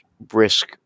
brisk